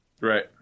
Right